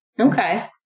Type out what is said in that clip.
okay